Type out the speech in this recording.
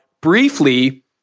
briefly